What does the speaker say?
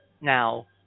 now